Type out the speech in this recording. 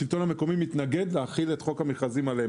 השלטון המקומי מתנגד להחיל את חוק המכרזים עליו.